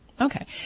Okay